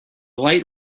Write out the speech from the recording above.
light